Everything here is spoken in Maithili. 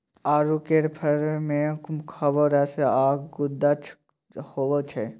आड़ू केर फर मे खौब रस आ गुद्दा होइ छै